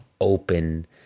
open